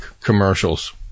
commercials